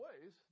ways